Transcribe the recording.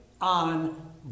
on